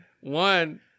one